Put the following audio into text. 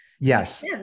Yes